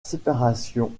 séparation